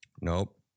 Nope